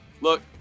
Look